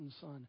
son